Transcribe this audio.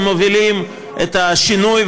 ומובילים את השינוי,